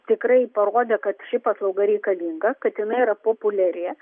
tikrai parodė kad ši paslauga reikalinga kad jinai yra populiari